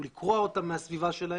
הוא לקרוע אותם מהסביבה שלהם,